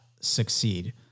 succeed